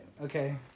Okay